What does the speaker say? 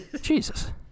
Jesus